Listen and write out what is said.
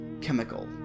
Chemical